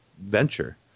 venture